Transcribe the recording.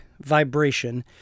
vibration